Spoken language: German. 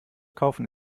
kaufen